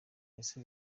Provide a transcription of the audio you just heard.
ese